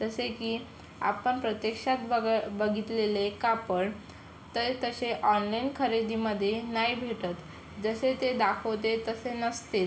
तसे की आपण प्रत्यक्षात बगं बघितलेले कापड तर तसे ऑनलाईन खरेदीमध्ये नाही भेटत जसे ते दाखवते तसे नसतेच